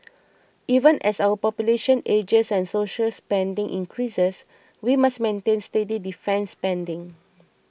even as our population ages and social spending increases we must maintain steady defence spending